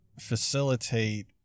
facilitate